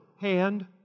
hand